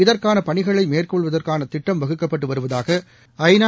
இதற்கானபணிகளைமேற்கொள்வதற்கானதிட்டம் வகுக்கப்பட்டுவருவதாக ஐநா